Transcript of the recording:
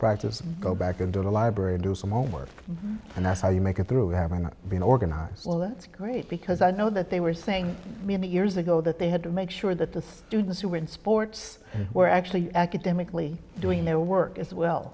practice and go back into the library and do some homework and that's how you make it through having been organized well that's great because i know that they were saying maybe years ago that they had to make sure that the students who were in sports were actually academically doing their work as well